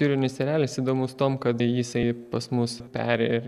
jūrinis erelis įdomus tuom kad jisai pas mus peri ir